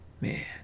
man